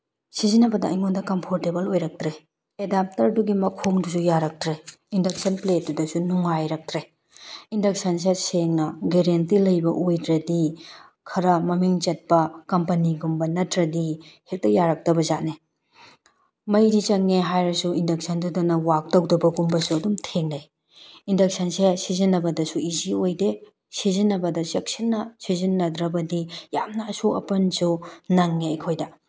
ꯁꯤꯖꯤꯟꯅꯕꯗ ꯑꯩꯉꯣꯟꯗ ꯀꯝꯐꯣꯔꯇꯦꯕꯜ ꯑꯣꯏꯔꯛꯇ꯭ꯔꯦ ꯑꯦꯗꯥꯞꯇꯔꯗꯨꯒꯤ ꯃꯈꯣꯡꯗꯨꯁꯨ ꯌꯥꯔꯛꯇ꯭ꯔꯦ ꯏꯟꯗꯛꯁꯟ ꯄ꯭ꯂꯦꯠꯇꯨꯗꯁꯨꯨ ꯅꯨꯡꯉꯥꯏꯔꯛꯇ꯭ꯔꯦ ꯏꯟꯗꯛꯁꯟꯁꯦ ꯁꯦꯡꯅ ꯒꯦꯔꯦꯟꯇꯤ ꯂꯩꯕ ꯑꯣꯏꯗ꯭ꯔꯗꯤ ꯈꯔ ꯃꯃꯤꯡ ꯆꯠꯄ ꯀꯝꯄꯅꯤꯒꯨꯝꯕ ꯅꯠꯇ꯭ꯔꯗꯤ ꯍꯦꯛꯇ ꯌꯥꯔꯛꯇꯕ ꯖꯥꯠꯅꯤ ꯃꯩꯗꯤ ꯆꯪꯉꯦ ꯍꯥꯏꯔꯁꯨ ꯏꯟꯗꯛꯁꯟꯗꯨꯗꯅ ꯋꯥꯛ ꯇꯧꯗꯕꯒꯨꯝꯕꯁꯨ ꯑꯗꯨꯝ ꯊꯦꯡꯅꯩ ꯏꯟꯗꯛꯁꯟꯁꯦ ꯁꯤꯖꯤꯟꯅꯕꯗꯁꯨ ꯏꯖꯤ ꯑꯣꯏꯗꯦ ꯁꯤꯖꯤꯟꯅꯕꯗ ꯆꯦꯛꯁꯤꯟꯅ ꯁꯤꯖꯤꯟꯅꯗ꯭ꯔꯕꯗꯤ ꯌꯥꯝꯅ ꯑꯁꯣꯛ ꯑꯄꯟꯁꯨ ꯅꯪꯉꯦ ꯑꯩꯈꯣꯏꯗ